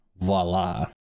voila